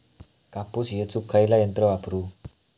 कापूस येचुक खयला यंत्र वापरू?